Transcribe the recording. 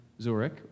Zurich